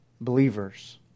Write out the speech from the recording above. believers